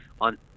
on